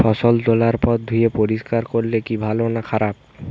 ফসল তোলার পর ধুয়ে পরিষ্কার করলে কি ভালো না খারাপ?